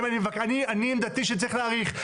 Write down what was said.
עמדתי שצריך להאריך.